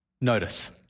notice